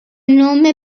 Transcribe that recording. nome